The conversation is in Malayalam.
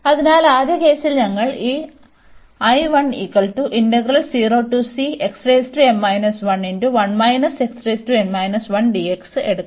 അതിനാൽ ആദ്യ കേസിൽ ഞങ്ങൾ ഈ എടുക്കും